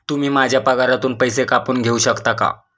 तुम्ही माझ्या पगारातून पैसे कापून घेऊ शकता का?